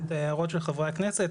את ההערות של חברי הכנסת,